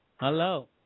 hello